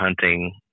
hunting